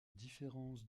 différence